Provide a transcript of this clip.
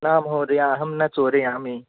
न महोदया अहं न चोरयामि